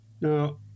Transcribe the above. Now